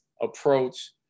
approach